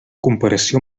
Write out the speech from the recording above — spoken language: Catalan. comparació